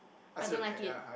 I don't like it